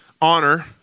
honor